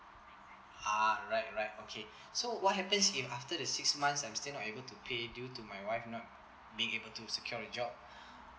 ah right right okay so what happens if after the six months I'm still not able to pay due to my wife not being able to secure a job